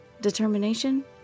Determination